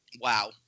wow